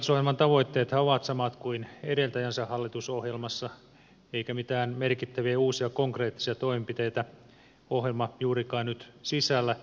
hallitusohjelman tavoitteethan ovat samat kuin edeltävässä hallitusohjelmassa eikä mitään merkittäviä uusia konkreettisia toimenpiteitä ohjelma juurikaan nyt sisällä